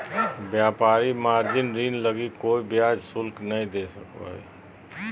व्यापारी मार्जिन ऋण लगी कोय ब्याज शुल्क नय दे सको हइ